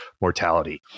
mortality